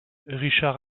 richard